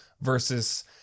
versus